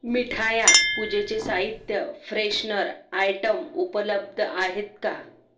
मिठाया पूजेचे साहित्य फ्रेशनर आयटम उपलब्ध आहेत का